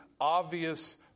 obvious